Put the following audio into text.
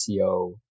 SEO